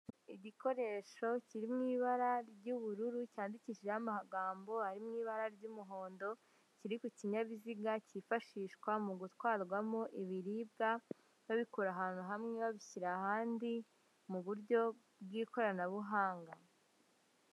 Igikoresho kiri mu ibara ry'ubururu cyandikishijeho amagambo ari mu ibara ry'umuhondo kiri ku kinyabiziga cyifashishwa mu gutwarwamo ibiribwa babikura ahantu hamwe babishyira ahandi mu buryo bw'ikoranabuhanga.